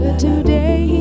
today